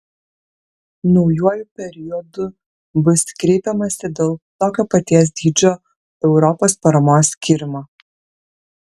naujuoju periodu bus kreipiamasi dėl tokio paties dydžio europos paramos skyrimo